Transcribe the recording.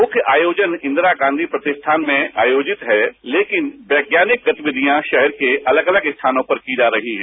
मुख्य आयोजन इंदिरा गांधी प्रतिश्ठान में आयोजित है लेकिन वैज्ञानिक गतिविधियां षहर के अलग अलग स्थानों पर की जा रही है